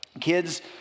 kids